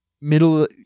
middle